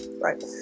Right